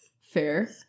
Fair